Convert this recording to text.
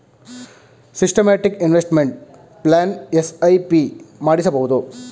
systematic investment plan SIP ಮಾಡಿಸಬಹುದು